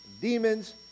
demons